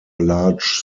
large